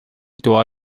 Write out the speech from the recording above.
دعا